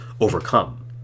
overcome